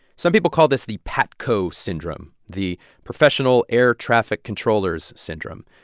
some people call this the patco syndrome, the professional air traffic controllers syndrome.